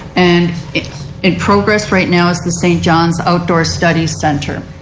and it it progressed right now as the st. john's outdoor study center.